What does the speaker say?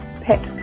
pet